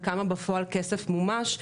וכמה בפועל כסף מומש.